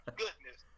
goodness